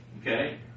Okay